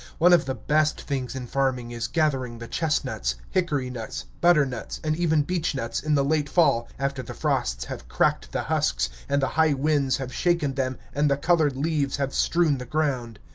one of the best things in farming is gathering the chestnuts, hickory-nuts, butternuts, and even beechnuts, in the late fall, after the frosts have cracked the husks and the high winds have shaken them, and the colored leaves have strewn the ground.